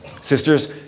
Sisters